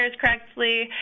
correctly